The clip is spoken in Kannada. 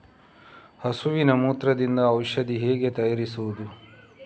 ಹಸುವಿನ ಮೂತ್ರದಿಂದ ಔಷಧ ಹೇಗೆ ತಯಾರಿಸುವುದು?